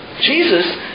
Jesus